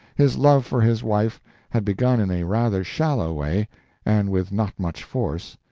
his love for his wife had begun in a rather shallow way and with not much force,